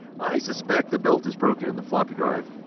i suspect the belt is broken in the floppy drive.